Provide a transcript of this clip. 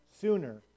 sooner